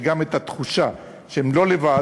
וגם לתת את התחושה שהם לא לבד,